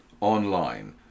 online